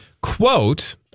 Quote